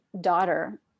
daughter